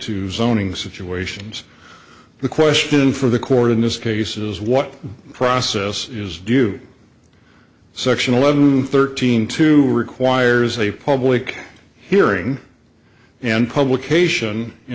to zone ing situations the question for the court in this case is what process is due section eleven thirteen two requires a public hearing and publication